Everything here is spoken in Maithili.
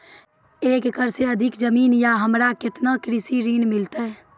एक एकरऽ से अधिक जमीन या हमरा केतना कृषि ऋण मिलते?